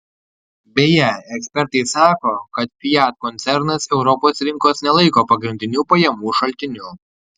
beje ekspertai sako kad fiat koncernas europos rinkos nelaiko pagrindiniu pajamų šaltiniu